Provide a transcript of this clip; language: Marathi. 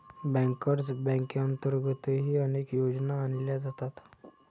बँकर्स बँकेअंतर्गतही अनेक योजना आणल्या जातात